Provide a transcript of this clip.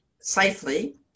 safely